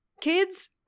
kids